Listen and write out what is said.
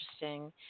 interesting